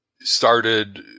started